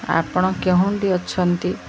ଆପଣ କେଉଁଠି ଅଛନ୍ତି